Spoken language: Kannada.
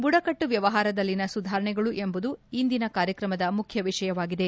ಬುಡಕಟ್ಟು ವ್ಯವಹಾರದಲ್ಲಿನ ಸುಧಾರಣೆಗಳು ಎಂಬುದು ಇಂದಿನ ಕಾರ್ಯಕ್ರಮದ ಮುಖ್ಯ ವಿಷಯವಾಗಿದೆ